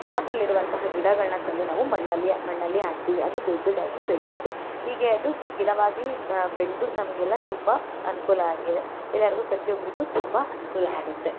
ಪಾಟಲ್ಲಿರುವಂತಹ ಗಿಡಗಳನ್ನು ತಂದು ನಾವು ಮಣ್ಣಲ್ಲಿ ಮಣ್ಣಲ್ಲಿ ಹಾಕ್ತೀವಿ ಅದು ದೊಡ್ಡದಾಗಿ ಬೆಳೆಯುತ್ತೆ ಹೀಗೆ ಅದು ಗಿಡವಾಗಿ ಬೆಳೆದು ನಮಗೆಲ್ಲಾ ತುಂಬ ಅನುಕೂಲ ಆಗಿದೆ ಎಲ್ಲಾರಿಗೂ ಪ್ರತಿಯೊಬ್ಬರಿಗೂ ತುಂಬ ಅನುಕೂಲ ಆಗುತ್ತೆ